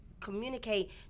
communicate